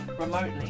remotely